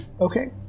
Okay